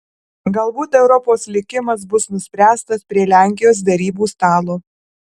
galbūt europos likimas bus nuspręstas prie lenkijos derybų stalo